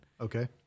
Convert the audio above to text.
Okay